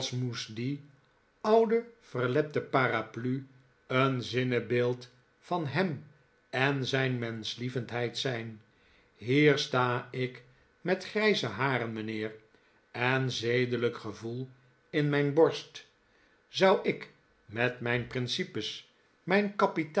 die oude verlepte paraplu een zinnebeeld van hem en zijn menschlievendheid zijn hier sta ik met grijze haren mijnheer en zedelijk gevoel in mijn'borst zou ik met mijn principes mijn